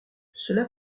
cela